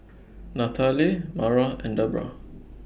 Nathaly Mara and Debrah